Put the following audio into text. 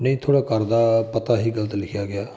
ਨਹੀਂ ਥੋੜ੍ਹਾ ਘਰਦਾ ਪਤਾ ਹੀ ਗਲਤ ਲਿਖਿਆ ਗਿਆ